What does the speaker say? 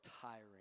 tiring